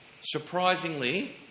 Surprisingly